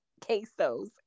quesos